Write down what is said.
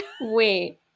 Wait